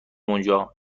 اونجا